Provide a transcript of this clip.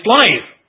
life